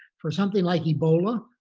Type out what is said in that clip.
for something like ebola,